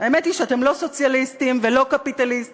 האמת היא שאתם לא סוציאליסטים ולא קפיטליסטים,